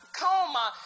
coma